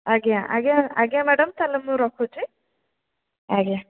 ଆଜ୍ଞା ଆଜ୍ଞା ଆଜ୍ଞା ମ୍ୟାଡ଼ମ ତାହେଲେ ମୁଁ ରଖୁଛି ଆଜ୍ଞା